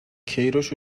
کیروش